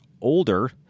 older